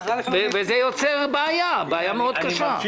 וזה יוצר בעיה קשה מאוד.